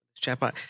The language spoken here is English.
Chatbot